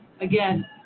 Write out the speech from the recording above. again